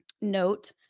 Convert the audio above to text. note